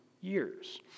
years